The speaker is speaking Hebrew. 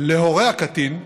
להורי הקטין,